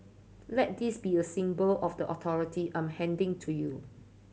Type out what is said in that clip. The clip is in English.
let this be a symbol of the authority I'm handing to you